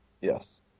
Yes